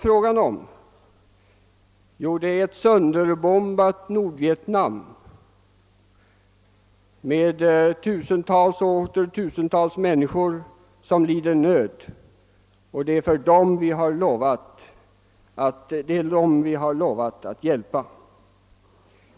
I det sönderbombade Nordvietnam lider tusentals och åter tusentals människor nöd, och det är dem vi har lovat att hjälpa.